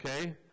Okay